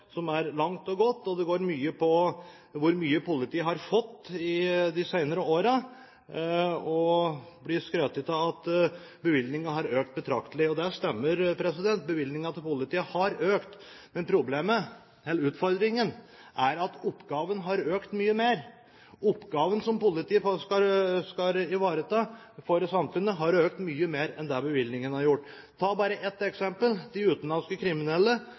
som er langt og godt, og det går mye på hvor mye politiet har fått i de senere årene, og det blir skrytt av at bevilgningene har økt betraktelig. Det stemmer. Bevilgningene til politiet har økt, men problemet, eller utfordringen, er at oppgaven har økt mye mer. Oppgaven som politiet skal ivareta for samfunnet, har økt mye mer enn det bevilgningen har gjort. Vi kan ta bare ett eksempel: De utenlandske kriminelle,